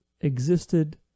existed